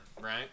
Right